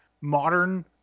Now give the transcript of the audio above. Modern